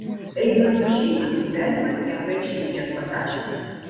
eigminų šeimą gyvenimas tikrai šiek tiek pataškė